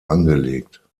angelegt